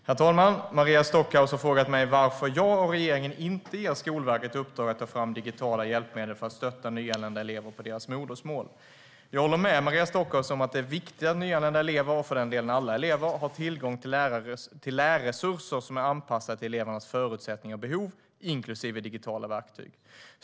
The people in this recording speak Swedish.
Herr talman! Maria Stockhaus har frågat mig varför jag och regeringen inte ger Skolverket uppdraget att ta fram digitala hjälpmedel för att stötta nyanlända elever på deras modersmål. Jag håller med Maria Stockhaus om att det är viktigt att nyanlända elever - och för den delen alla elever - har tillgång till lärresurser som är anpassade till elevernas förutsättningar och behov, inklusive digitala verktyg.